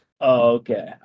Okay